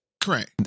Correct